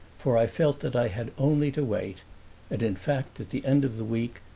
for i felt that i had only to wait and in fact at the end of the week,